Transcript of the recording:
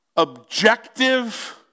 objective